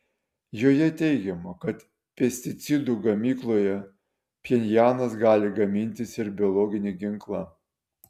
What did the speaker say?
joje teigiama kad pesticidų gamykloje pchenjanas gali gamintis ir biologinį ginklą